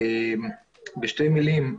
בשתי מילים,